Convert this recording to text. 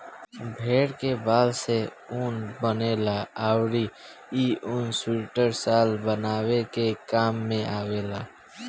भेड़ के बाल से ऊन बनेला अउरी इ ऊन सुइटर, शाल बनावे के काम में आवेला